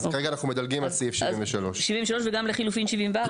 א כרגע אנחנו מדלגים על סעיף 73. 73 וגם לחילופין 74,